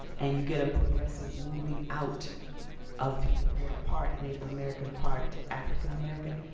and you get a progressive moving out of people who are part, native american part, african american,